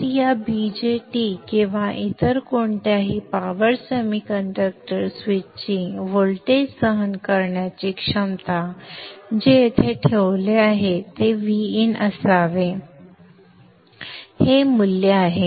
तर या BJT किंवा इतर कोणत्याही पॉवर सेमीकंडक्टर स्विचची व्होल्टेज सहन करण्याची क्षमता जे येथे ठेवले आहे ते Vin असावे जे हे मूल्य आहे